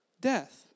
Death